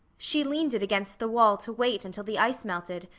she leaned it against the wall to wait until the ice melted,